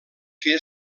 que